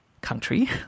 country